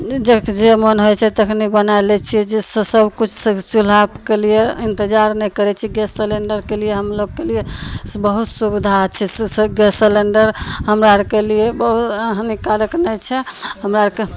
नहि जाइके जे मोन होइ छै तखने बनाय लै छियै जैसे सबकिछु सब चूल्हाके लिये इन्तजार नहि करय छी गैस सिलिण्डरके लिये हम लोगके लिये बहुत सुविधा छै से सब गैस सिलिण्डर हमरा आरके लिये बहु आओर हानिकारक नहि छै हमरा आरके